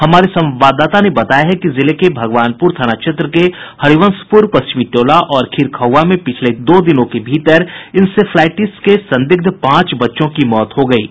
हमारे संवादददाता ने बताया है कि जिले के भगवानपुर थाना क्षेत्र के हरिवंशपुर पश्चिमी टोला और खीरखौआ में पिछले दो दिनों के भीतर इंसेफ्लाईटिस के संदिग्ध पांच बच्चों की मौत हो गयी है